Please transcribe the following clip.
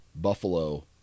buffalo